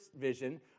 vision